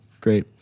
Great